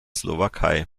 slowakei